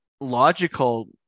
logical